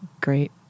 great